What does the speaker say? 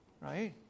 right